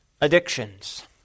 addictions